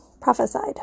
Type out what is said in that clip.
prophesied